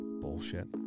Bullshit